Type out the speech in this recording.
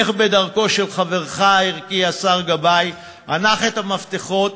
לך בדרכו של חברך הערכי השר גבאי, הנח את המפתחות